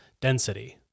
density